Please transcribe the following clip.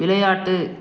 விளையாட்டு